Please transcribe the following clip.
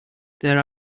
there